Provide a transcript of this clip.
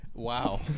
Wow